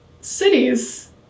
cities